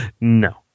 No